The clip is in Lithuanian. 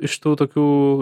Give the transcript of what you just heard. iš tų tokių